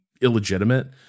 illegitimate